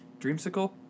Dreamsicle